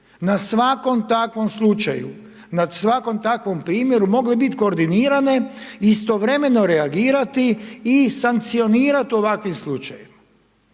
na svakom takvom slučaju, nad svakom takvom primjeru, mogle biti koordinirate i istovremeno reagirati i sankcionirati u ovakvim slučajevima.